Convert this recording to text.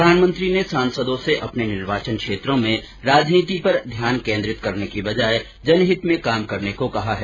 प्रधानमंत्री ने सांसदों से अपने निर्वाचन क्षेत्रों में राजनीति पर ध्यान कोन्द्रित करने की बजाय जनहित में काम करने को कहा है